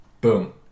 Boom